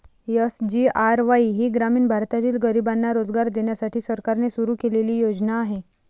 SGRY ही ग्रामीण भागातील गरिबांना रोजगार देण्यासाठी सरकारने सुरू केलेली योजना आहे